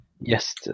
Yes